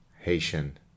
Haitian